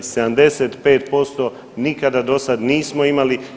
75% nikada do sada nismo imali.